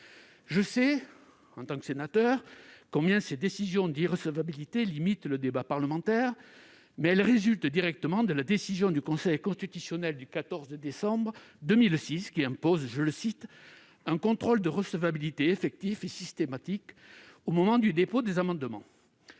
de ce texte. Je sais combien ces décisions d'irrecevabilité limitent le débat parlementaire, mais elles résultent directement de la décision du Conseil constitutionnel du 14 décembre 2006, qui impose « un contrôle de recevabilité effectif et systématique au moment du dépôt des amendements ».